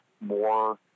more